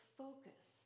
focus